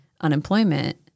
unemployment